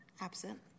Absent